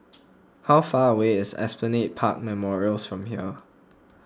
how far away is Esplanade Park Memorials from here